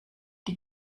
die